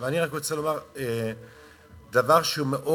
אני רק רוצה לומר דבר שמאוד